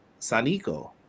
Sanico